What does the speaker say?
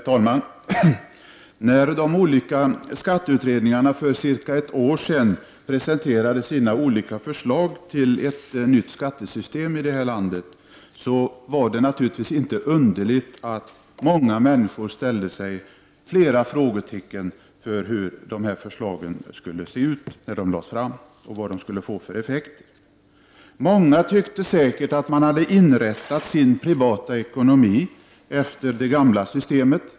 Herr talman! När de olika skatteutredningarna för cirka ett år sedan presenterade sina förslag till ett nytt skattesystem i vårt land satte många människor — och det är naturligtvis inte underligt — frågetecken för många saker i de olika förslagen. Man undrade hur förslagen skulle komma att se ut när de väl presenterades och vilka effekterna skulle bli. Många tyckte sig säkert ha anpassat sin privatekonomi efter det gamla systemet.